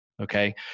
Okay